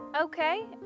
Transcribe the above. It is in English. okay